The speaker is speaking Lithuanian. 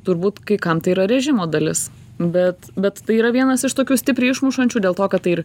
turbūt kai kam tai yra režimo dalis bet bet tai yra vienas iš tokių stipriai išmušančių dėl to kad tai ir